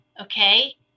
okay